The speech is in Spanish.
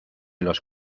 los